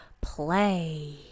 Play